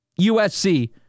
USC